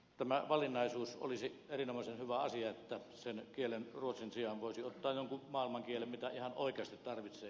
tämä valinnaisuus olisi erinomaisen hyvä asia että ruotsin sijaan voisi ottaa jonkun maailmankielen mitä ihan oikeasti tarvitsee